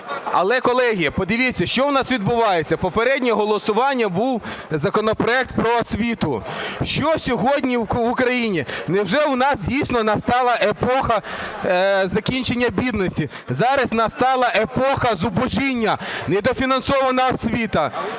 Але, колеги, подивіться що у нас відбувається. В попереднє голосування був законопроект про освіту. Що сьогодні в Україні? Невже у нас дійсно настала епоха закінчення бідності? Зараз настала епоха зубожіння: недофінансована освіта,